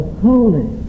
holy